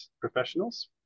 professionals